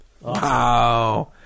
wow